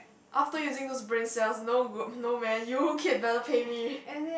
after using those brain cells no g~ no man you k~ better pay me